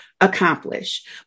accomplish